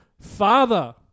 father